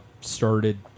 started